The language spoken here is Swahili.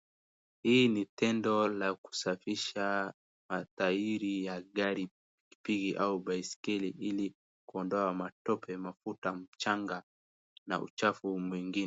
Hii ni tendo la kusafisha matairi ya gari, pikipiki au baiskeli ili kuondoa matope, mafuta, mchanga na uchafu mwingi.